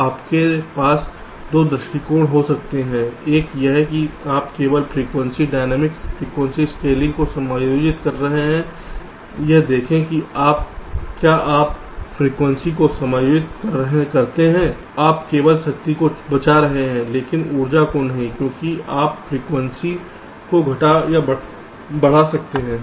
तो आपके पास दो दृष्टिकोण हो सकते हैं एक यह है कि आप केवल फ्रीक्वेंसी डायनामिक फ्रीक्वेंसी स्केलिंग को समायोजित कर रहे हैं यह देखें कि क्या आप फ्रीक्वेंसी को समायोजित करते हैं आप केवल शक्ति को बचा रहे हैं लेकिन ऊर्जा को नहीं क्योंकि आप फ्रीक्वेंसी को घटा या बढ़ा सकते हैं